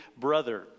brother